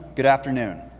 good afternoon.